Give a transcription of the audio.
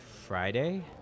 Friday